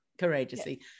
courageously